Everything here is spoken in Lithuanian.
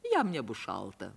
jam nebus šalta